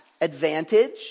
advantage